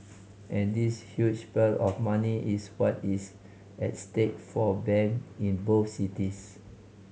and this huge pile of money is what is at stake for bank in both cities